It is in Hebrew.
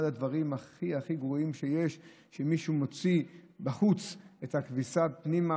אחד הדברים הכי הכי גרועים שיש זה שמישהו מוציא בחוץ את הכביסה שבפנים,